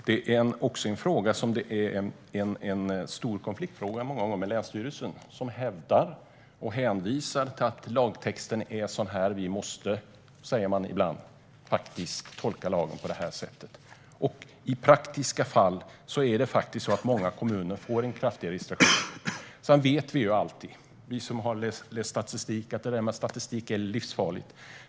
Det är också många gånger en fråga där det kan bli konflikt med länsstyrelsen, som hänvisar till att man måste tolka lagtexten på det sättet. I praktiska fall kan kommuner få en större restriktion. Vi som har läst statistik vet att det där med statistik är livsfarligt.